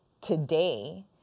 today